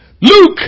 Luke